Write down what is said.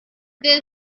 this